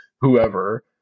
whoever